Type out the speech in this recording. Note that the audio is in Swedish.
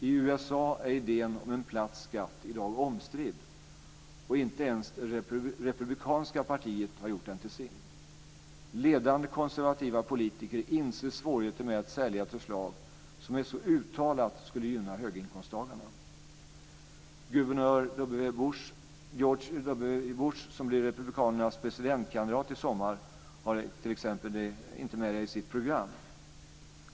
I USA är idén om en 'platt skatt' - i dag omstridd, och det republikanska partiet har ännu inte gjort den till sin. Ledande konservativa politiker inser svårigheten med att sälja förslag som så uttalat skulle gynna höginkomsttagarna. Guvernör George W Bush, som blir republikanernas presidentkandidat i sommar, har det till exempel inte på sitt program."